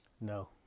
No